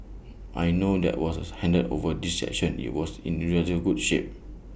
I know that was when we handed over this section IT was in relatively good shape